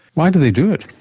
why do they do it?